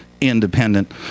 Independent